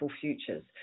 futures